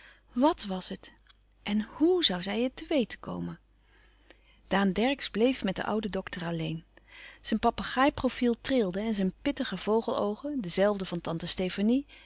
wàt was het en hoe zoû zij het te weten komen daan dercksz bleef met den ouden dokter alleen zijn papegaai profiel trilde en zijn pittige vogeloogen de zelfde van tante stefanie